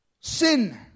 Sin